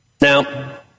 Now